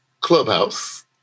Clubhouse